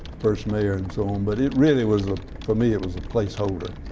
first mayor and so on, but it really was ah for me it was a placeholder.